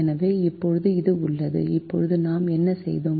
எனவே இப்போது இது உள்ளது இப்போது நாம் என்ன செய்தோம்